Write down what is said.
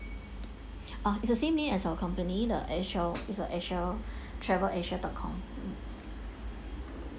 ah it's the same name as our company the actual is a asia travel asia dot com